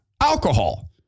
alcohol